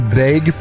beg